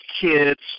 kids